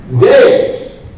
Days